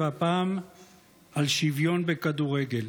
והפעם על שוויון בכדורגל.